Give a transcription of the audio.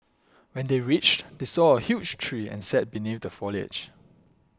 when they reached they saw a huge tree and sat beneath the foliage